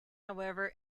however